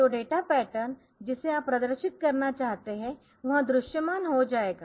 तो data pattern जिसे आप प्रदर्शित करना चाहते है वह दृश्यमान हो जाएगा